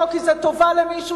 לא כי זו טובה למישהו,